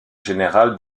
générales